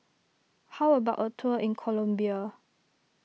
how about a tour in Colombia